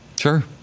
Sure